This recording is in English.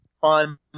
fun